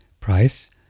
price